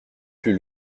plus